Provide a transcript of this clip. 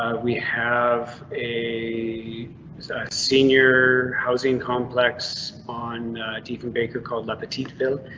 we have a senior housing complex on diefenbaker called la petite ville.